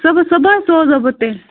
صُبحس صُبحس سوزہو بہٕ تیٚلہِ